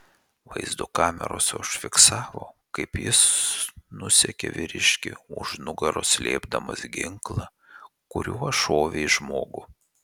vaizdo kameros užfiksavo kaip jis nusekė vyriškį už nugaros slėpdamas ginklą kuriuo šovė į žmogų